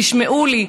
תשמעו לי,